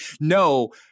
no